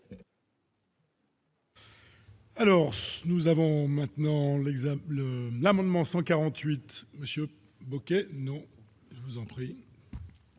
Alors nous avons maintenant l'examen l'amendement 148. Monsieur Bocquet non je vous en prie.